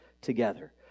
together